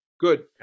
Good